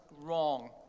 wrong